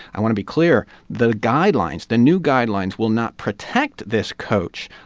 i want to be clear the guidelines, the new guidelines will not protect this coach,